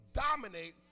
dominate